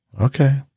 Okay